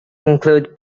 include